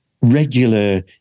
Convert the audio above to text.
regular